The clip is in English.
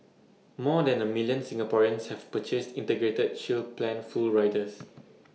more than A million Singaporeans have purchased integrated shield plan full riders